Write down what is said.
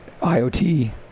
IoT